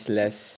less